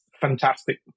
fantastic